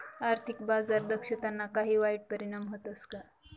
आर्थिक बाजार दक्षताना काही वाईट परिणाम व्हतस का